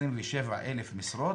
27,000 משרות,